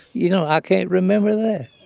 you know, i can't remember that.